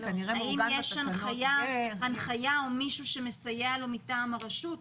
האם יש הנחיה או מישהו מטעם הרשות,